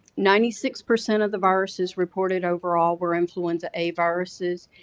ninety-six percent of the viruses reported overall were influenza a viruses,